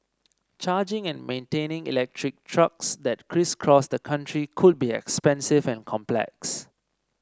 charging and maintaining electric trucks that crisscross the country could be expensive and complex